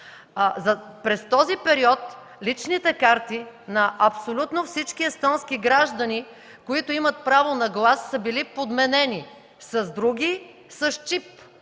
През този период личните карти на абсолютно всички естонски граждани, които имат право на глас, са били подменени с други – с чип.